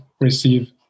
receive